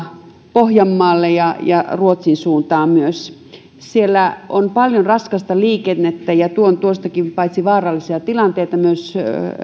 pohjanmaalle ja ja ruotsin suuntaan myös siellä on paljon raskasta liikennettä ja tuon tuostakin paitsi vaarallisia tilanteita myös